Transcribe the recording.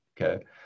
okay